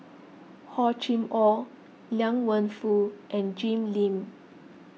Hor Chim or Liang Wenfu and Jim Lim